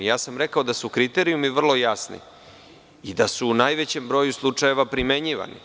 Rekao sam da su kriterijumi vrlo jasni i da su u najvećem broju slučajeva primenjivani.